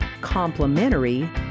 complementary